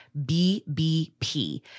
BBP